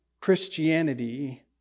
Christianity